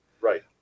Right